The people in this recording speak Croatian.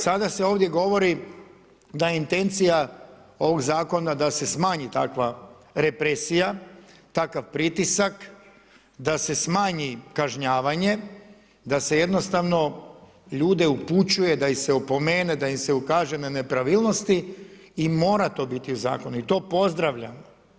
Sada se ovdje govori da je intencija ovog Zakona da se smanji takva represija, takav pritisak, da se smanji kažnjavanje, da se jednostavno ljude upućuje, da ih se opomene da im se ukaže na nepravilnosti i mora to biti u Zakonu i to pozdravljam.